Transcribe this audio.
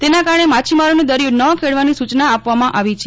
તેના કારણે માછીમારોને દરિયો ન ખેડવાની સૂચના આપવામાં આવી છે